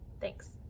Thanks